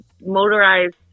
motorized